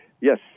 Yes